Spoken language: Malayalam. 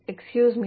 excuse me